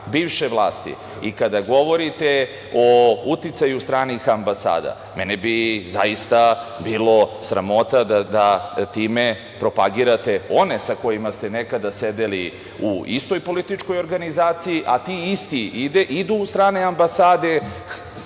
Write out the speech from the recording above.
bivše vlasti i kada govorite o uticaju stranih ambasada, mene bi zaista bilo sramota da time propagirate one sa kojima ste nekada sedeli u istoj političkoj organizaciji, a ti isti idu u strane ambasade,